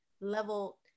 level